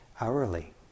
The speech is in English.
hourly